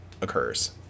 occurs